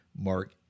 Mark